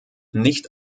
nicht